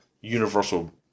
universal